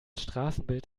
straßenbild